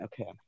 Okay